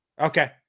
okay